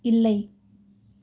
இல்லை